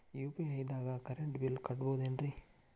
UPI ದಾಗ current bill ಕಟ್ಟಬಹುದೇನ್ರಿ?